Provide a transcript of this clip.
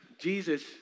Jesus